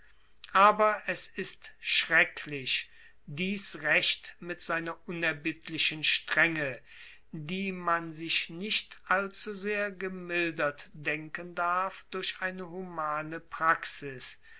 aber es ist schrecklich dies recht mit seiner unerbittlichen strenge die man sich nicht allzusehr gemildert denken darf durch eine humane praxis